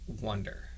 wonder